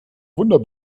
wunder